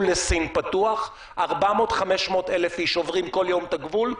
לסין פתוח 400,000 500,000 איש עוברים כל יום את הגבול,